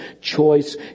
choice